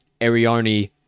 Ariarni